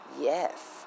yes